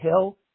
Hill